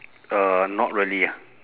uh not really ah